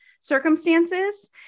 circumstances